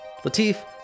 Latif